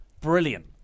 brilliant